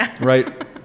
Right